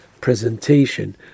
presentation